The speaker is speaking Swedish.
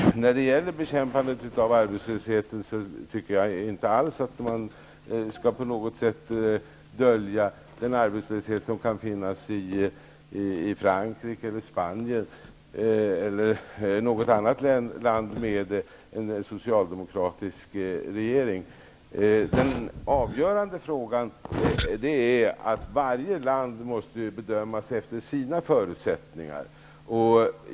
Herr talman! När det gäller bekämpandet av arbetslösheten tycker jag inte alls att man skall dölja den arbetslöshet som kan finnas i Frankrike, Spanien eller något annat land med en socialdemokratisk regering. Den avgörande frågan är att varje land måste bedömas efter sina förutsättningar.